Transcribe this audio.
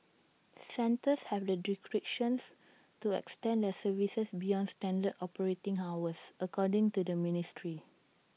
centres have the discretion to extend their services beyond standard operating hours according to the ministry